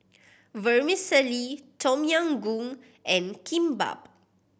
Vermicelli Tom Yam Goong and Kimbap